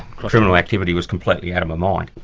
criminal activity was completely out of my mind.